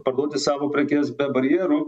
parduoti savo prekes be barjerų